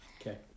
Okay